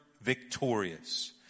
victorious